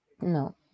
No